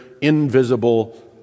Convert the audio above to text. invisible